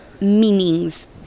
meanings